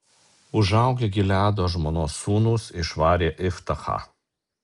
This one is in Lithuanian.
užaugę gileado žmonos sūnūs išvarė iftachą